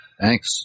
Thanks